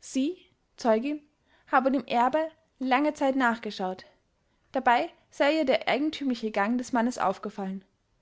sie zeugin habe dem erbe lange zeit nachgeschaut dabei sei ihr der eigentümliche gang des mannes aufgefallen